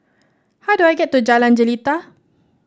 how do I get to Jalan Jelita